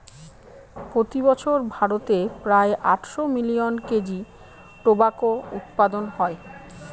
প্রতি বছর ভারতে প্রায় আটশো মিলিয়ন কেজি টোবাকো উৎপাদন হয়